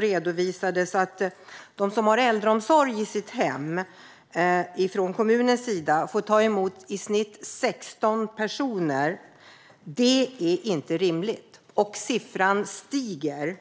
redovisades på Aktuellt att de som har äldreomsorg i sitt hem från kommunens sida får ta emot i snitt 16 personer. Det är inte rimligt. Och siffran stiger.